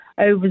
Over